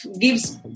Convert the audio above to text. gives